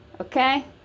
okay